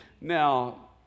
Now